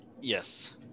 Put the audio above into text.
Yes